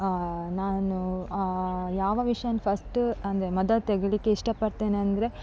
ನಾನು ಯಾವ ವಿಷಯವನ್ನು ಫರ್ಸ್ಟ್ ಅಂದರೆ ಮೊದಲು ತೆಗಿಲಿಕ್ಕೆ ಇಷ್ಟ ಪಡ್ತೇನೆ ಅಂದರೆ